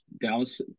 Dallas